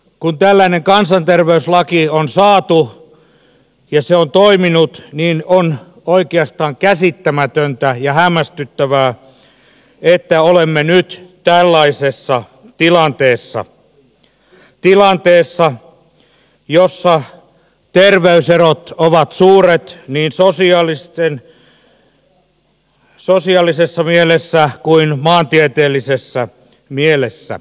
kun tällainen kansanterveyslaki on saatu ja se on toiminut on oikeastaan käsittämätöntä ja hämmästyttävää että olemme nyt tällaisessa tilanteessa tilanteessa jossa terveyserot ovat suuret niin sosiaalisessa mielessä kuin maantieteellisessä mielessä